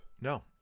No